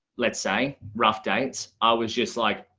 let's say rough dates, i was just like,